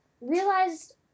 realized